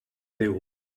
déu